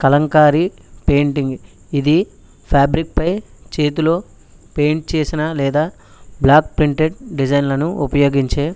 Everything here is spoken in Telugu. కలంకారీ పెయింటింగ్ ఇది ఫాబ్రిక్ పై చేతిలో పెయింట్ చేసిన లేదా బ్లాక్ ప్రింటెడ్ డిజైన్లను ఉపయోగించే